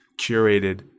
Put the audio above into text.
curated